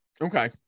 Okay